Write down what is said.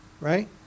Right